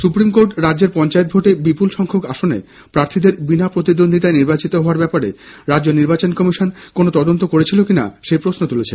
supreme court রাজ্যের পঞ্চায়েত ভোটে বিপুল সংখ্যক আসনে প্রার্থীদের বিনা প্রতিদ্বন্দ্বিতায় নির্বাচিত হওয়ার ব্যাপারে রাজ্য নির্বাচন কমিশন কোনো তদন্ত করেছিল কিনা সেই প্রশ্ন তুলেছে